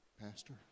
Pastor